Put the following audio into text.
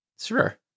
Sure